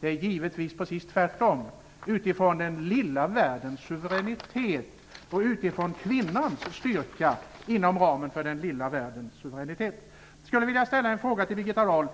Det är givetvis precis tvärtom, utifrån den lilla världens suveränitet och utifrån kvinnans styrka inom ramen för den lilla världens suveränitet. Birgitta Dahl!